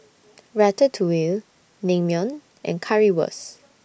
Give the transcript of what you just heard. Ratatouille Naengmyeon and Currywurst